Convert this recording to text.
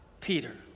Peter